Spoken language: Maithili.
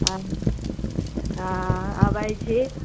ह्म्म हँ अबै छी